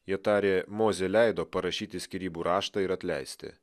jie tarė mozė leido parašyti skyrybų raštą ir atleisti